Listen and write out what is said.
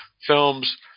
films –